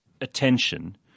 attention